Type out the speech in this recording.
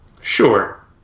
Sure